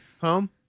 home